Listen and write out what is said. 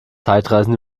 zeitreisen